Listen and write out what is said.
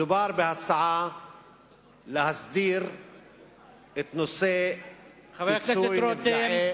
מדובר בהצעה להסדיר את נושא פיצוי נפגעי